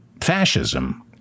fascism